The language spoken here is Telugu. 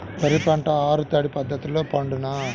వరి పంట ఆరు తడి పద్ధతిలో పండునా?